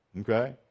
okay